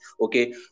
okay